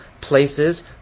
places